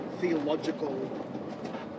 theological